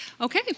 Okay